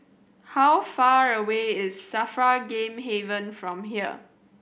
how far away is SAFRA Game Haven from here